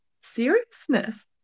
seriousness